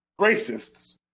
racists